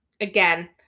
Again